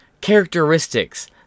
characteristics